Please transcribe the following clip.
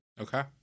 Okay